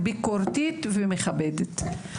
ביקורתית יותר ומכבדת.